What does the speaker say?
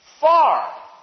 far